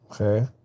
Okay